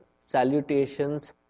salutations